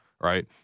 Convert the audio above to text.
Right